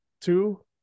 two